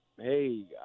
hey